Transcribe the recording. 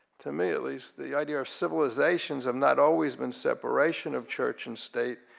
to me at least the idea of civilizations have not always been separation of church and state.